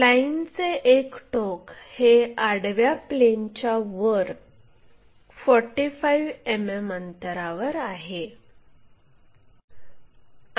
लाईनचे एक टोक हे आडव्या प्लेनच्यावर 45 मिमी अंतरावर आहे